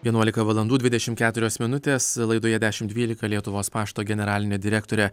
vienuolika valandų dvidešimt keturios minutės laidoje dešimt dvylika lietuvos pašto generalinė direktorė